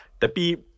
Tapi